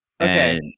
okay